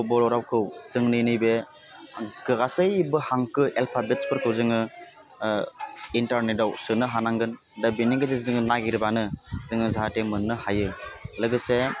बर' रावखौ जोंनि नैबे गासैबो हांखो एल्फाबेटसफोरखौ जोङो ओह इन्टारनेटआव सोनो हानांगोन दा बेनि गेजेरजों नागिरबानो जोङो जाहाथे मोन्नो हायो लोगोसे